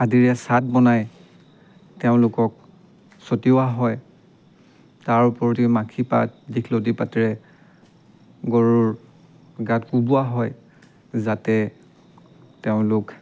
আদিৰে চাট বনাই তেওঁলোকক ছটিওৱা হয় তাৰ ওপৰতে মাখি পাত দীঘলটি পাতেৰে গৰুৰ গাত কোবোৱা হয় যাতে তেওঁলোক